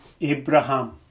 Abraham